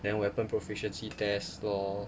then weapon proficiency test lor